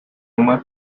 uma